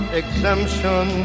exemption